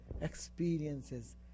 experiences